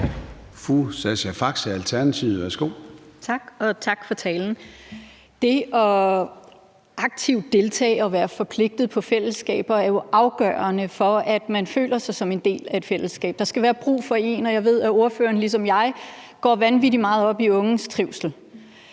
14:28 Sascha Faxe (ALT): Tak. Og tak for talen. Det aktivt at deltage og være forpligtet på fællesskaber er jo afgørende for, at man føler sig som en del af et fællesskab. Der skal være brug for en, og jeg ved, at ordføreren ligesom jeg går vanvittig meget op i unges trivsel.